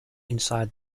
inside